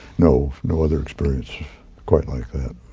no no other experience quite like that.